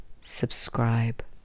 subscribe